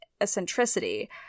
eccentricity